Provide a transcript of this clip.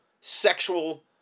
sexual